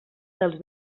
dels